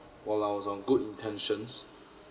while I was on good intentions